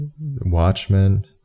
Watchmen